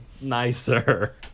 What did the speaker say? nicer